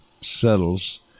settles